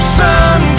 sun